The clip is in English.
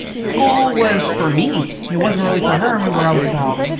school was for me. it wasn't really for her. i remember i was about,